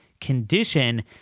condition